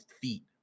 feet